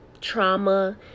trauma